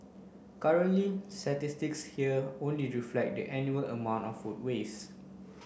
currently statistics here only reflect the annual amount of food waste